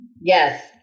Yes